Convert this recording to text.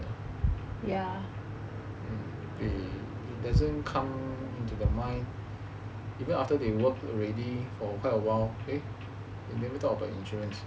it doesn't come into the mind even after they work already for quite awhile maybe talk about insurance